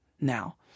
Now